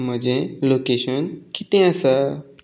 म्हजें लोकेशन कितें आसा